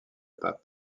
pape